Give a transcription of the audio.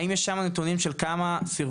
האם יש שמה נתונים של כמה סרבו,